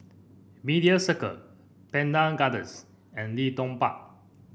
Media Circle Pandan Gardens and Leedon Park